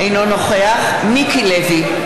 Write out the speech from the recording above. אינו נוכח מיקי לוי,